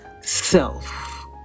self